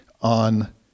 on